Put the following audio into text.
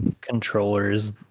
Controllers